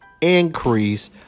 increase